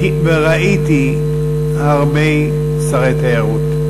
וראיתי הרבה שרי תיירות,